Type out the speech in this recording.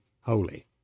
holy